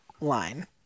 line